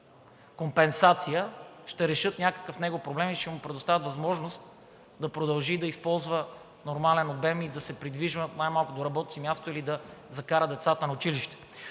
компенсация ще решат някакъв негов проблем и ще му предоставят възможност да продължи да използва нормален обем, и да се придвижва най-малкото до работното си място или да закара децата на училище.